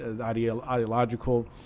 Ideological